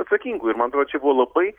atsakingų ir man atrodo čia buvo labai